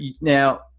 now